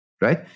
Right